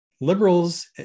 liberals